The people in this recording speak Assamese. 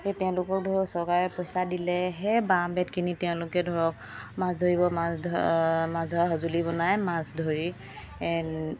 সেই তেওঁলোকক ধৰক চৰকাৰে পইচা দিলেহে বাঁহ বেত কিনি তেওঁলোকে ধৰক মাছ ধৰিব মাছ ধৰা মাছ ধৰা সঁজুলি বনাই মাছ ধৰি